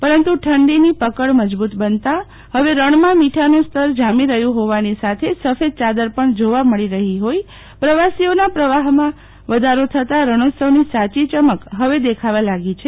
પરંતુ ઠંડીની પકડ મજબુત બનતા મીઠાનું સ્તર જામી રહ્યુ હોવાની સાથે સફેદ ચાદર પણ જોવા મળી રફી હોઈ પ્રવાસીઓના પ્રવાહમાં વધારો થતાં રણોત્સવની સાચી ચમક હવે દેખાવા લાગી છે